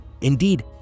Indeed